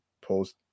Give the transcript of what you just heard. post